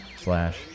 slash